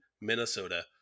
Minnesota